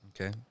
Okay